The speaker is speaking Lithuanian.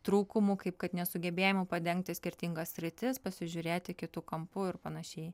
trūkumų kaip kad nesugebėjimų padengti skirtingas sritis pasižiūrėti kitu kampu ir panašiai